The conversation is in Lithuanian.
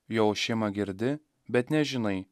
jo ošimą girdi bet nežinai